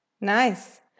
Nice